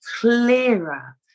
clearer